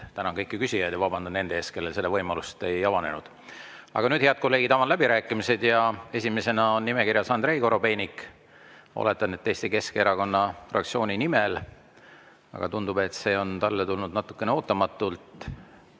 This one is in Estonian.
tänan kõiki küsijaid ja vabandan nende ees, kellel seda võimalust ei avanenud. Aga nüüd, head kolleegid, avan läbirääkimised. Esimesena on nimekirjas Andrei Korobeinik. Oletan, et Eesti Keskerakonna fraktsiooni nimel. Aga tundub, et see on talle tulnud natukene ootamatult,